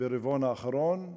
ברבעון האחרון,